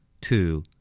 Two